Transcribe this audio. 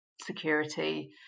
security